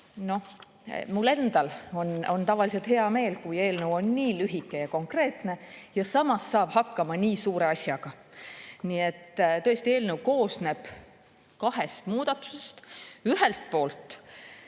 Mul endal on tavaliselt hea meel, kui eelnõu on nii lühike ja konkreetne ning samas saab hakkama nii suure asjaga. Nii et tõesti, eelnõu koosneb kahest muudatusest. Ühelt poolt